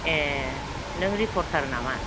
ए नों रिपर्तार नामा